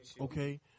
Okay